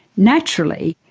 naturally,